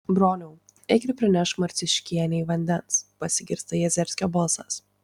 broniau eik ir prinešk marciuškienei vandens pasigirsta jazerskio balsas